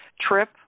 Trip